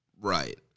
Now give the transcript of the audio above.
Right